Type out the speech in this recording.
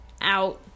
out